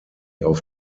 auf